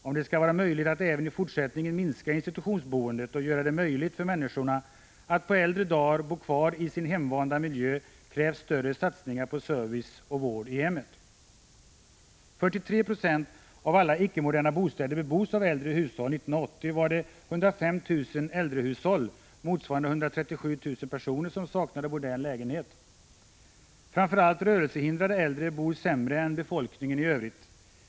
Om det skall vara möjligt att även i fortsättningen minska institutionsboendet och göra det möjligt för människorna att på äldre dar bo kvar i sin hemvanda miljö krävs större satsningar på service och vård i hemmet. 43 96 av alla icke-moderna bostäder bebos av äldre hushåll. År 1980 var det 105 000 äldrehushåll, motsvarande 137 000 personer, som saknade modern lägenhet. Framför allt rörelsehindrade äldre bor sämre än befolkningen i övrigt.